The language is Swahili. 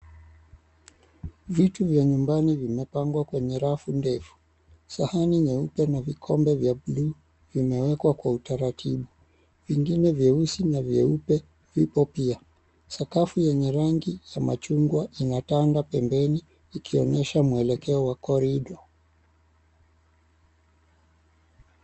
Vitu vya nyumbani vimepangwa kwenye rafu ndefu. Sahani nyeupe na vikombe vya buluu vimewekwa kwa utaratibu. Vingine vyeusi na vyeupe vipo pia. Sakafu yenye rangi ya machungwa inatanda pembeni ikionyesha mwelekeo wa corridor .